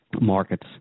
markets